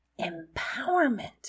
Empowerment